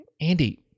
andy